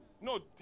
No